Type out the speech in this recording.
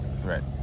threat